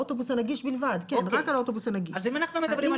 האוטובוסים העירוניים שהם אוטובוסים נגישים,